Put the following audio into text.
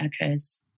occurs